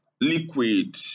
liquid